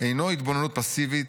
אינו התבוננות פסיבית",